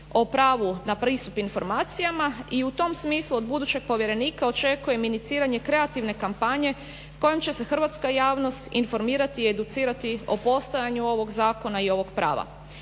o pravu na pristup informacijama i u tom smislu od budućeg povjerenika očekujem iniciranje kreativne kampanje kojom će se hrvatska javnost informirati i educirati o postojanju ovog zakona i ovog prava.